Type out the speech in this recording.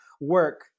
work